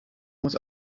muss